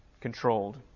Controlled